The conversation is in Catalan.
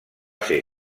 ser